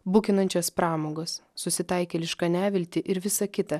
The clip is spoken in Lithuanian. bukinančios pramogos susitaikėlišką neviltį ir visa kita